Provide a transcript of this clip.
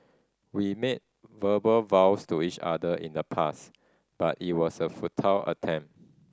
we made verbal vows to each other in the past but it was a futile attempt